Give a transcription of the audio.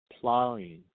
plowing